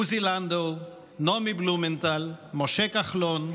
עוזי לנדאו, נעמי בלומנטל, משה כחלון,